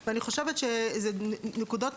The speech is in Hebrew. הוא היה צריך לפקח והוא לא הסתכל ונגרם איזשהו נזק,